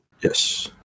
Yes